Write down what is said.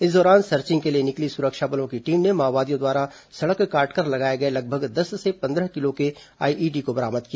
इस दौरान सर्चिंग के लिए निकली सुरक्षा बलों की टीम ने माओवादियों द्वारा सड़क काटकर लगाए गए लगभग दस से पंद्रह किलो के आईईडी को बरामद किया